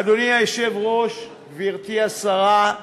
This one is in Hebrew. אדוני היושב-ראש, גברתי השרה,